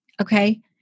okay